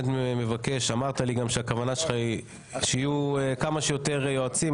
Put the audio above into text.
אמרת לי גם שהכוונה שלך היא שיהיו כמה שיותר יועצים,